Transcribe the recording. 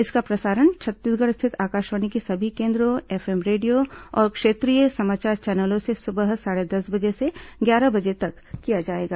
इसका प्रसारण छत्तीसगढ़ स्थित आकाशवाणी के सभी केन्द्रों एफएम रेडियो और क्षेत्रीय समाचार चैनलों से सुबह साढ़े दस बजे से ग्यारह बजे तक किया जाएगा